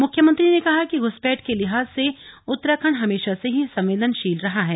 मुख्यमंत्री ने कहा कि घुसपैठ के लिहाज से उत्तराखंड हमेशा से ही संवेदनशील रहा है